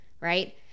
right